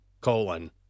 colon